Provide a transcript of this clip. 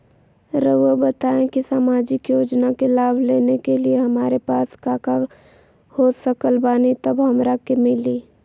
रहुआ बताएं कि सामाजिक योजना के लाभ लेने के लिए हमारे पास काका हो सकल बानी तब हमरा के मिली?